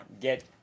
get